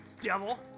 Devil